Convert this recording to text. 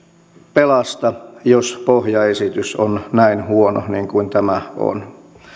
pelasta jos pohjaesitys on näin huono kuin tämä on